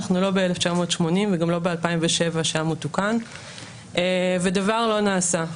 אנחנו לא ב- 1980 וגם לא ב- 2007 שם הוא תוקן ודבר לא נעשה.